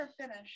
finish